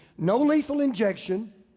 no lethal injection.